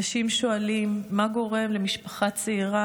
אנשים שואלים: מה גורם למשפחה צעירה